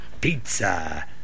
Pizza